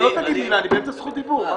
לא, אתה לא תגיד מילה, אני באמצע זכות דיבור.